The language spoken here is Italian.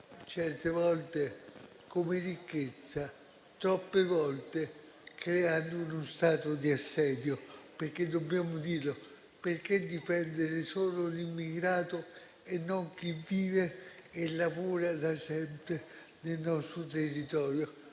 certe volte, come ricchezza; troppe volte, creando uno stato di assedio. Dobbiamo dirlo, infatti: perché difendere solo l'immigrato e non chi vive e lavora da sempre nel nostro territorio?